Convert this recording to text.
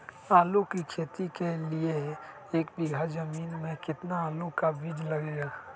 आलू की खेती के लिए एक बीघा जमीन में कितना आलू का बीज लगेगा?